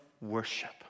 worship